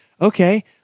Okay